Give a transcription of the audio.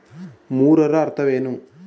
ಮೂರರ ಅರ್ಥವೇನು?